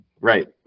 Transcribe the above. Right